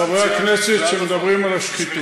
לחברי הכנסת שמדברים על השחיתות: